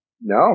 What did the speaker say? No